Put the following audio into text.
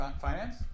finance